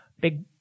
big